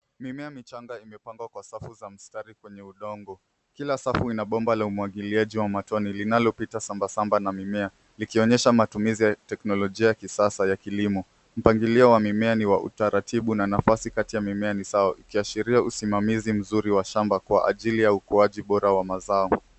Mimea michanga imepangwa kwa safu za mstari kwenye udongo. kila safu ina bomba la umwagiliaji wa matone linalopita sambasamba na mimea, likionyesha matumizi ya teknolojia ya kisasa ya kilimo. Mpangilio wa mimea ni wa utaratibu na nafasi kati ya mimea ni sawa ukiashiria usimamizi mzuri wa shamba kwa ajili ya ukuaji bora wa mazao.